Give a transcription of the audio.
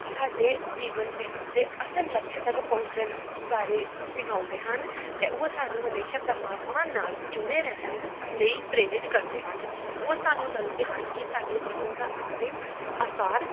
ਸਾਡੇ ਜੀਵਨ ਵਿ ਦੇ ਅਸਲ ਲਕਸ਼ ਤੱਕ ਪਹੁੰਚਣ ਬਾਰੇ ਸਿਖਾਉਂਦੇ ਹਨ ਅਤੇ ਉਹ ਸਾਨੂੰ ਹਮੇਸ਼ਾ ਪਰਮਾਤਮਾ ਨਾਲ ਜੁੜੇ ਰਹਿਣ ਲਈ ਪ੍ਰੇਰਿਤ ਕਰਦੇ ਹਨ ਉਹ ਸਾਨੂੰ ਦੱਸਦੇ ਹਨ ਕਿ ਸਾਡੇ ਜੀਵਨ ਦਾ ਅੰਤਿਮ ਆਸਾਰ